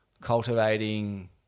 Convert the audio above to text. cultivating